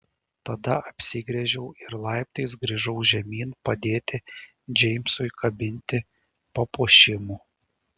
tada apsigręžiau ir laiptais grįžau žemyn padėti džeimsui kabinti papuošimų